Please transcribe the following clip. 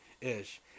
ish